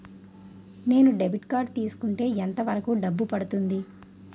నేను debit card తీసుకుంటే ఎంత వరకు డబ్బు పడుతుంది?